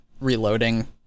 reloading